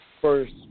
first